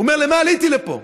הוא אומר: למה עליתי לפה?